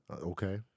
Okay